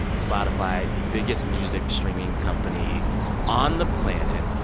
spotify, the biggest music streaming company on the planet,